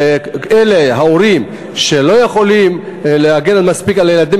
שההורים שלא יכולים להגן מספיק על הילדים